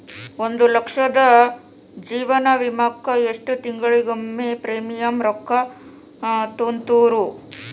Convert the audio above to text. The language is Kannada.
ಒಂದ್ ಲಕ್ಷದ ಜೇವನ ವಿಮಾಕ್ಕ ಎಷ್ಟ ತಿಂಗಳಿಗೊಮ್ಮೆ ಪ್ರೇಮಿಯಂ ರೊಕ್ಕಾ ತುಂತುರು?